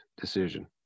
decision